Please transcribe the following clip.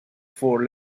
for